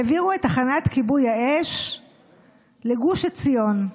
העבירו את תחנת כיבוי האש לגוש עציון.